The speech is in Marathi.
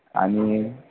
आणि